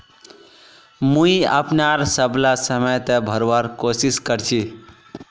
मुई अपनार सबला समय त भरवार कोशिश कर छि